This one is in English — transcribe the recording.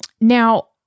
now